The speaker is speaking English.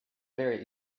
very